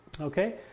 Okay